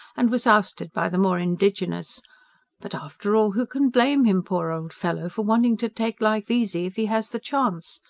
and was ousted by the more indigenous but after all who can blame him, poor old fellow, for wanting to take life easy if he has the chance.